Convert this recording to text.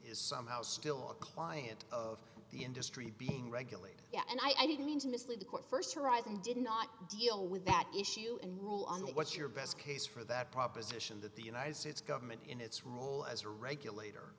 is somehow still a client of the industry being regulated yet and i didn't mean to mislead the court st horizon did not deal with that issue and rule on it what's your best case for that proposition that the united states government in its role as a regulator